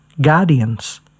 guardians